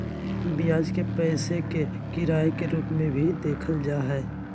ब्याज के पैसे के किराए के रूप में भी देखल जा हइ